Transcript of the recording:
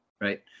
Right